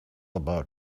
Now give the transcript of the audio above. about